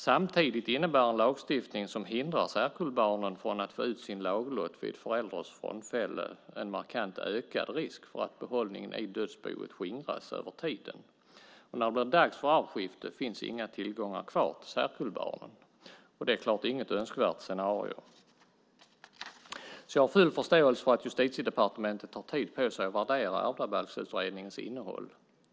Samtidigt innebär en lagstiftning som hindrar särkullbarnen från att få ut sin laglott vid förälders frånfälle en markant ökad risk för att behållningen i dödsboet skingras över tiden, och när det blir dags för arvskifte finns inga tillgångar kvar till särkullbarnen. Det är inget önskvärt scenario. Jag har full förståelse för att Justitiedepartementet tar tid på sig att värdera Ärvdabalksutredningens innehåll.